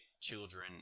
children